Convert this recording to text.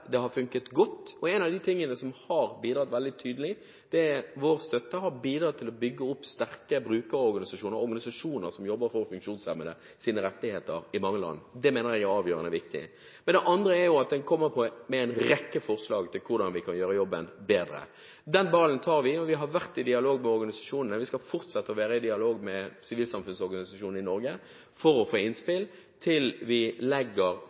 organisasjoner som jobber for funksjonshemmedes rettigheter. Det mener jeg er avgjørende viktig. Det andre er at en kommer med en rekke forslag til hvordan vi kan gjøre en bedre jobb. Den ballen tar vi. Vi har vært i dialog med organisasjonene. Vi skal fortsette å være i dialog med sivilsamfunnsorganisasjonene i Norge for å få innspill fram til vi legger